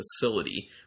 facility